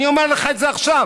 אני אומר לך את זה עכשיו.